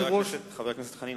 חבר הכנסת חנין,